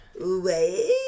Wait